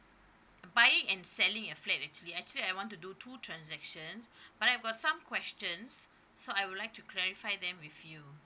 buying and selling a flat actually actually I want to do two transactions but I've got some questions so I would like to clarify them with you